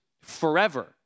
forever